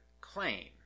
claim